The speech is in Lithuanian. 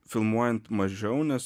filmuojant mažiau nes